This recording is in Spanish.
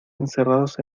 encerrados